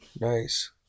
Nice